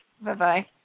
Bye-bye